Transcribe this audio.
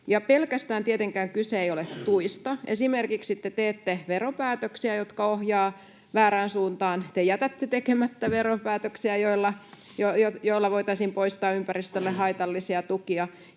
pelkästään tuista. Te teette esimerkiksi veropäätöksiä, jotka ohjaavat väärään suuntaan. Te jätätte tekemättä veropäätöksiä, joilla voitaisiin poistaa ympäristölle haitallisia tukia.